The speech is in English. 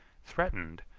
threatened,